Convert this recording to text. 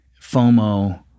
FOMO